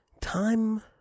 Time